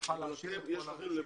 נוכל לה --- אין בעיה, מסכים איתך.